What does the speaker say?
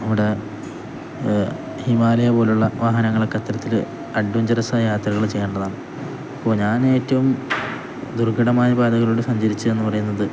അവിടെ ഹിമാലയ പോലുള്ള വാഹനങ്ങളൊക്കെ ഇത്തരത്തില് അഡ്വഞ്ചറസായ യാത്രകള് ചെയ്യേണ്ടതാണ് അപ്പോള് ഞാനേറ്റവും ദുർഘടമായ പാതകളിലൂടെ സഞ്ചരിച്ചത് എന്നു പറയുന്നത്